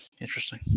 Interesting